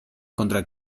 contra